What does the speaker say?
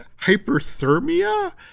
hyperthermia